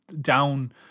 down